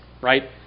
right